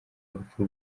urupfu